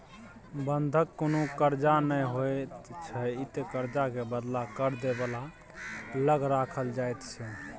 बंधक कुनु कर्जा नै होइत छै ई त कर्जा के बदला कर्जा दे बला लग राखल जाइत छै